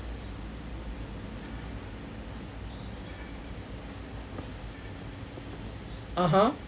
(uh huh)